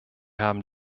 haben